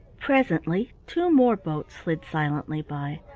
presently two more boats slid silently by,